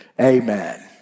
Amen